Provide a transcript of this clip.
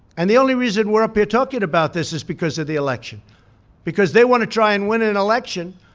and the only reason we're up here talking about this is because of the election because they want to try and win an election,